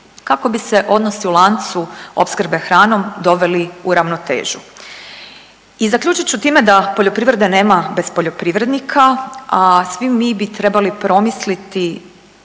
kako bi se odnosi u lancu opskrbe hranom doveli u ravnotežu. I zaključit ću time da poljoprivrede nema bez poljoprivrednika, a svi mi bi trebali promisliti,